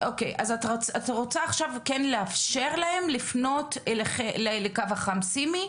אז את רוצה עכשיו כן לאפשר להם לפנות לקו החם סימי,